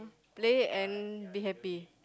play and be happy